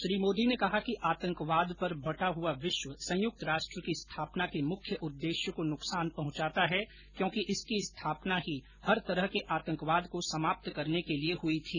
श्री मोदी ने कहा कि आतंकवाद पर बंटा हुआ विश्व संयुक्त राष्ट्र की स्थापना के मुख्य उद्देश्य को नुकसान पहंचाता है क्योंकि इसकी स्थापना ही हर तरह के आतंकवाद को समाप्त करने के लिए हुई थी